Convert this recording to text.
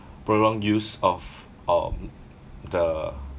prolonged use of um the